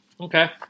Okay